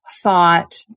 thought